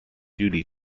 duty